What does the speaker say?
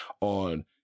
on